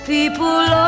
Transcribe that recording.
People